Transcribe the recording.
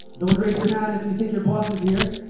don't raise your hand if you think your boss is here.